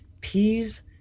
peas